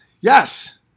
Yes